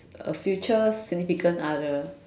a future significant other